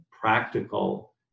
practical